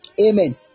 amen